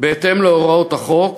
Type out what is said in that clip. בהתאם להוראות החוק,